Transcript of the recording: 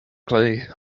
clay